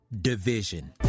division